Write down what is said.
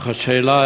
אך השאלה,